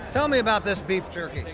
tell me about this beef jerky.